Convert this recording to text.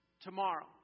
tomorrow